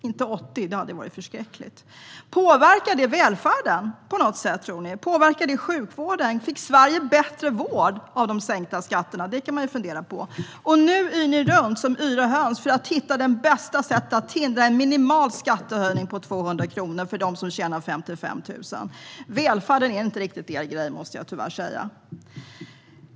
Tror ni att det på något sätt påverkar välfärden? Påverkar det sjukvården? Fick Sverige bättre vård av de sänkta skatterna? Detta kan man fundera över. Nu yr ni runt som yra höns för att hitta bästa sättet att hindra en minimal skattehöjning på 200 kronor för dem som tjänar 55 000. Jag måste tyvärr säga att välfärden inte riktigt är er grej.